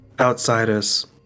outsiders